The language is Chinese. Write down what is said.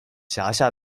辖下